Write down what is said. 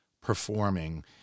performing